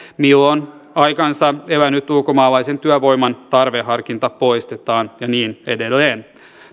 milloin aikansa elänyt ulkomaalaisen työvoiman tarveharkinta poistetaan ja niin edelleen